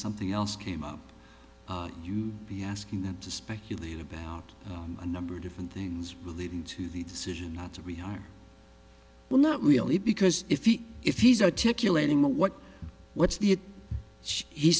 something else came up you'd be asking them to speculate about a number of different things relating to the decision not to rehire well not really because if he if he's articulating what what's the